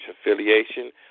affiliation